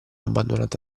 abbandonato